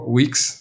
weeks